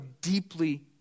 deeply